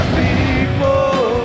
people